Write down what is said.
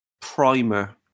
primer